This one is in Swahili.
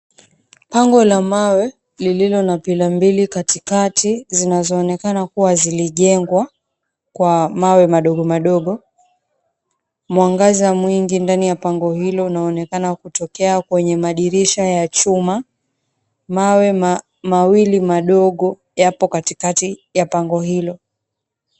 Pango la mawe lililo na pi𝑙la mbili katikati zinazoonekana kuwa zilijengwa 𝑘𝑤a mawe madogomadogo. Mwangaza mwingi ndani ya pango hilo unaoonekana ukitokea kwenye madirisha ya chuma. Mawe mawili madogo yapo katikati ya pango hilo.